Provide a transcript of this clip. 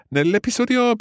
Nell'episodio